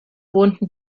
wohnten